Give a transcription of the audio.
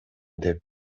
деп